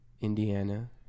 Indiana